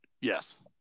Yes